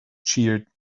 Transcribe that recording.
cheered